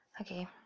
okay